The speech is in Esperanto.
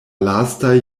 lastaj